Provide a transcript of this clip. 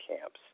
camps